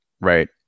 right